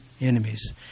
enemies